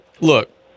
Look